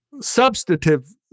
substantive